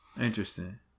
Interesting